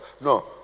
no